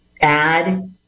add